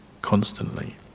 Constantly